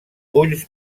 ulls